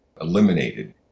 eliminated